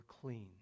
clean